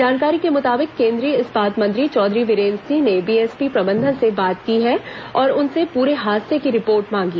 जानकारी के मुताबिक केंद्रीय इस्पात मंत्री चौधरी वीरेंद्र सिंह ने बीएसपी प्रबंधन से बात की है और उनसे पूरे हादसे की रिपोर्ट मांगी